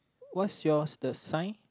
what's yours the sign